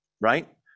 right